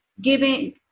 Giving